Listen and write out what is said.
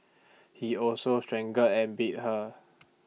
he also strangled and beat her